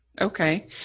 Okay